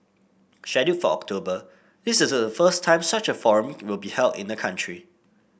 scheduled for October this is the first time such a forum will be held in the country